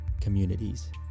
communities